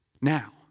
Now